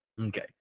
okay